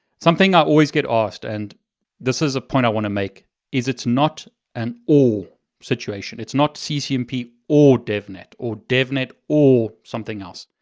something i always get asked, and this is a point i want to make is it's not an or situation. it's not ccnp or devnet, or devnet or something else.